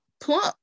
plump